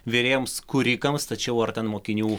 virėjams kūrikams tačiau ar ten mokinių